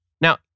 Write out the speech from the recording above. Now